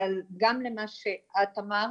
אבל גם למה שאת אמרת,